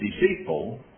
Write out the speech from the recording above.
deceitful